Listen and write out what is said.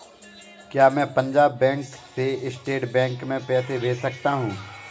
क्या मैं पंजाब बैंक से स्टेट बैंक में पैसे भेज सकता हूँ?